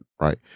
Right